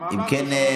אם כן,